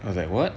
I was like what